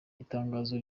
itangazo